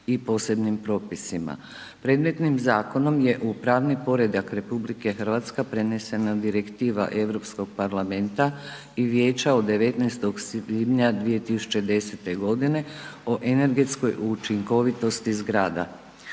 i posebnim propisima. Predmetnim zakonom je u pravni poredak RH prenesena Direktiva Europskog parlamenta i Vijeća od 19. svibnja 2010.g. o energetskoj učinkovitosti zgrada.